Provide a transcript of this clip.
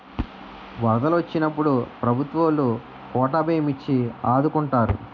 వరదలు వొచ్చినప్పుడు ప్రభుత్వవోలు కోటా బియ్యం ఇచ్చి ఆదుకుంటారు